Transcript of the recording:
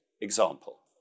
example